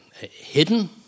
hidden